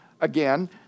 Again